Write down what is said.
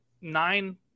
nine